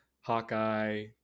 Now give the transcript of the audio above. hawkeye